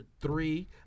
three